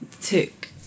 Took